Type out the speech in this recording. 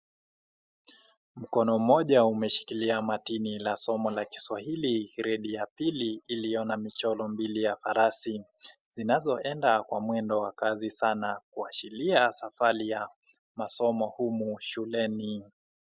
Mkono mmoja umeshikilia matini la somo la Kiswahili gredi ya pili iliyo na michoro mbili ya farasi, zinazoenda kwa mwendo wa kasi sana kuashiria safari ya masomo humu shuleni.